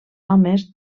homes